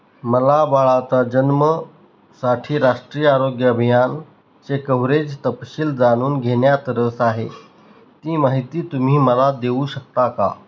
मला बाळाचा जन्मासाठी राष्ट्रीय आरोग्य अभियानचे कव्हरेज तपशील जाणून घेण्यात रस आहे ती माहिती तुम्ही मला देऊ शकता का